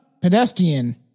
pedestrian